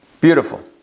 Beautiful